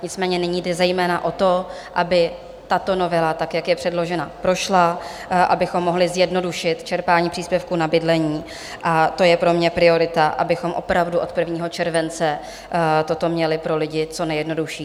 Nicméně nyní jde zejména o to, aby tato novela, tak jak je předložena, prošla, abychom mohli zjednodušit čerpání příspěvku na bydlení, a to je pro mě priorita, abychom opravdu od 1. července toto měli pro lidi co nejjednodušší.